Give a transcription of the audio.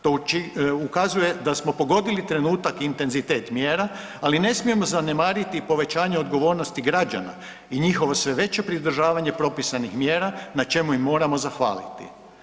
To ukazuje da smo pogodili trenutak intenzitet mjera ali ne smijemo zanemariti i povećanje odgovornosti građana i njihovo sve veće pridržavanje propisanih mjera na čemu im moramo zahvaliti.